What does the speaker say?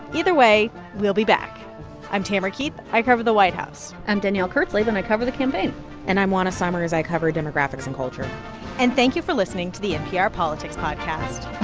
either way, we'll be back i'm tamara keith. i cover the white house i'm danielle kurtzleben. i cover the campaign and i'm juana summers. i cover demographics and culture and thank you for listening to the npr politics podcast